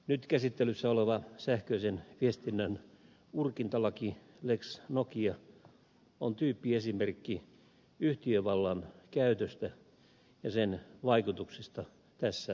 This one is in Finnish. nyt käsittelyssä oleva sähköisen viestinnän urkintalaki lex nokia on tyyppiesimerkki yhtiövallan käytöstä ja sen vaikutuksista tässä maassa